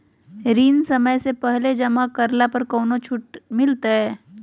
ऋण समय से पहले जमा करला पर कौनो छुट मिलतैय?